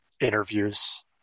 interviews